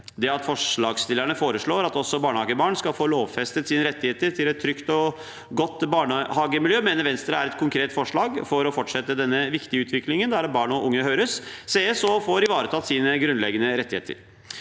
Det at forslagstillerne foreslår at også barnehagebarn skal få lovfestet sine rettigheter til et trygt og godt barnehagemiljø, mener Venstre er et konkret forslag for å fortsette denne viktige utviklingen der barn og unge høres, sees og får ivaretatt sine grunnleggende rettigheter.